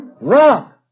rock